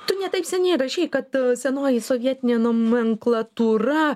tu ne taip seniai rašei kad senoji sovietinė nomenklatūra